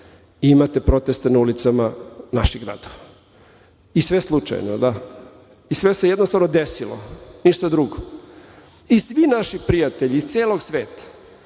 i imate proteste na ulicama naših gradova. I sve je slučajno, jel da? I sve se jednostavno desilo, ništa drugo. I svi naši prijatelji iz celog sveta,